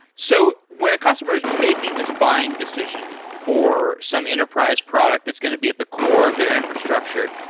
so when a customer is making this buying decision for some enterprise product that's going to be at the core of their infrastructure,